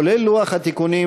כולל לוח התיקונים,